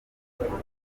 baribaza